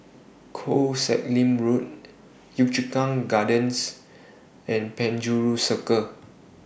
Koh Sek Lim Road Yio Chu Kang Gardens and Penjuru Circle